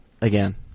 Again